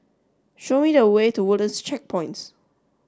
show me the way to Woodlands Checkpoints